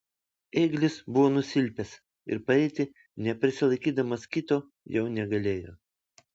ėglis buvo nusilpęs ir paeiti neprisilaikydamas kito jau negalėjo